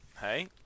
hey